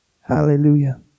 Hallelujah